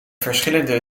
verschillende